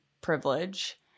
privilege